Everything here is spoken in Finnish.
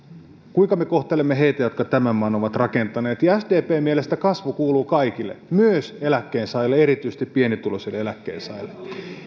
kuinka me kohtelemme heitä jotka tämän maan ovat rakentaneet sdpn mielestä kasvu kuuluu kaikille myös eläkkeensaajille ja erityisesti pienituloisille eläkkeensaajille